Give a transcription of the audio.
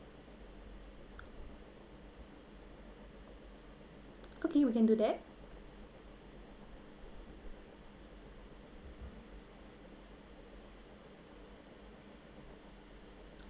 okay we can do that